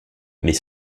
mais